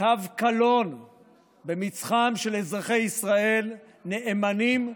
תו קלון במצחם של אזרחי ישראל נאמנים,